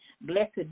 Blessed